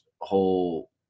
whole